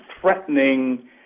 threatening